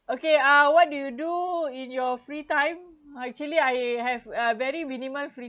okay uh what do you do in your free time actually I have a very minimal free